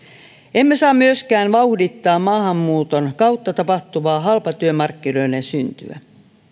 emme saa myöskään vauhdittaa maahanmuuton kautta tapahtuvaa halpatyömarkkinoiden syntyä